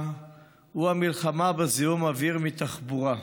הוא המלחמה בזיהום האוויר מתחבורה.